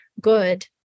good